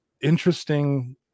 interesting